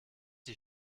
die